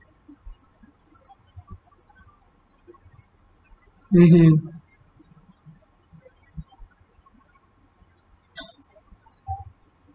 mmhmm